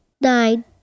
Nine